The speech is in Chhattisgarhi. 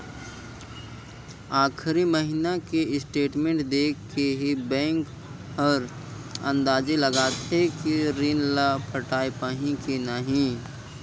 आखरी महिना के स्टेटमेंट देख के ही बैंक हर अंदाजी लगाथे कि रीन ल पटाय पाही की नही